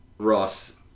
Ross